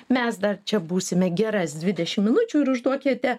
mes dar čia būsime geras dvidešim minučių ir užduokite